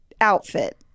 outfit